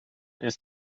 ist